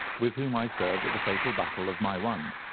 with whom i served at the fatal battle of maiwand.